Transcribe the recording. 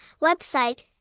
website